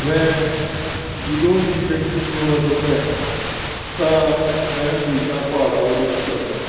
ਮੈਂ ਜਦੋਂ ਵੀ ਪੇਂਟਿੰਗ ਬਣਾਉਣਾ ਚਾਹੁੰਦਾ ਐ ਤਾਂ ਮੈਂ ਹਮੇਸ਼ਾ ਪਹਾੜਾ ਵੱਲ ਰੁਖ ਕਰਦਾ